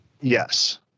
Yes